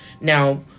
Now